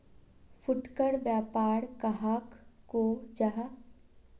फुटकर व्यापार कहाक को जाहा?